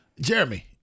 Jeremy